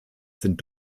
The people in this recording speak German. sind